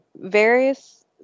Various